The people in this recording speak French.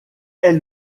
elle